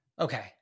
Okay